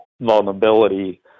vulnerability